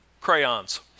Crayons